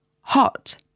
Hot